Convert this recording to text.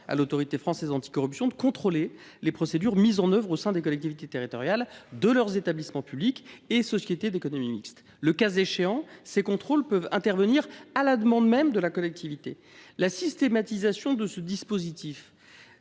loi permet déjà à l’AFA de contrôler les procédures mises en œuvre au sein des collectivités territoriales, de leurs établissements publics et des sociétés d’économie mixte. Le cas échéant, ces contrôles peuvent intervenir à la demande même de la collectivité. La systématisation de ce dispositif